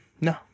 no